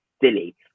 silly